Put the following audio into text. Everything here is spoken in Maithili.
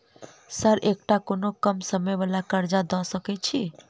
सर एकटा कोनो कम समय वला कर्जा दऽ सकै छी?